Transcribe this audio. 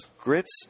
Grits